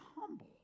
humble